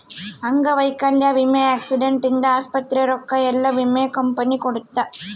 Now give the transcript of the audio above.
ಅಂಗವೈಕಲ್ಯ ವಿಮೆ ಆಕ್ಸಿಡೆಂಟ್ ಇಂದ ಆಸ್ಪತ್ರೆ ರೊಕ್ಕ ಯೆಲ್ಲ ವಿಮೆ ಕಂಪನಿ ಕೊಡುತ್ತ